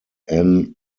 anne